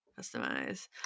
Customize